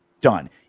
Done